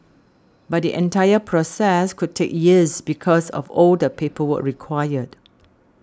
but the entire process could take years because of all the paperwork required